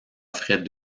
offrait